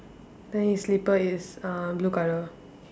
then his slipper is uh blue colour